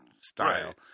style